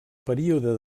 període